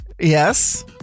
Yes